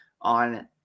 on